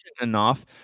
enough